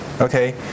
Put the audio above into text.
Okay